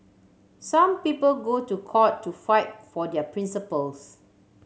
some people go to court to fight for their principles